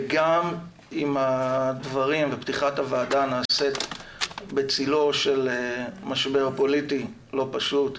וגם אם הדברים ופתיחת הוועדה נעשית בצלו של משבר פוליטי לא פשוט,